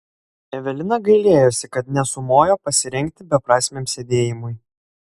evelina gailėjosi kad nesumojo pasirengti beprasmiam sėdėjimui